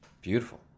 Beautiful